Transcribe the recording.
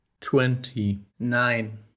Twenty-nine